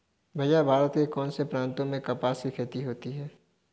भैया भारत के कौन से प्रांतों में कपास की खेती होती है?